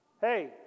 Hey